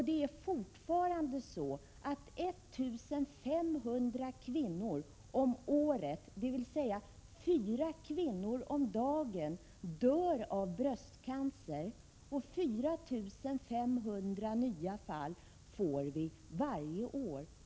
Det är fortfarande så att 1 500 kvinnor om året, dvs. fyra kvinnor om dagen, dör av bröstcancer, och det tillkommer 4 500 nya fall per år.